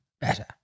better